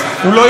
הוא לא שמע.